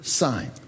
sign